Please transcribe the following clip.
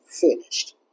finished